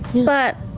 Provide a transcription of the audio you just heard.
but